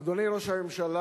אדוני ראש הממשלה,